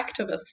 activists